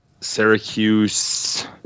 Syracuse